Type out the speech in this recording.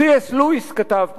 לואיס כתב פעם: